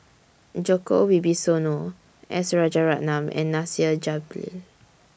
Djoko Wibisono S Rajaratnam and Nasir